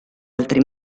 altri